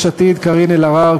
יש עתיד: קארין אלהרר,